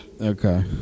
Okay